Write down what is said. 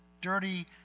dirty